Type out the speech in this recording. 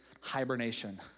hibernation